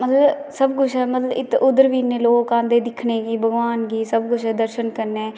ते मतलब सबकुछ ऐ ते उत्थां बी इन्ने लोग आंदे दिक्खनै भगवान गी सबकुछ दर्शन करने